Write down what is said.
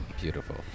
Beautiful